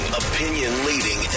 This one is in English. opinion-leading